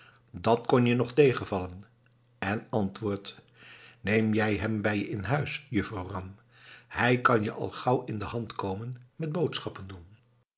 dat kon je nog tegenvallen en antwoordt neem jij hem bij je in huis juffrouw ram hij kan je al gauw in de hand komen met boodschappen doen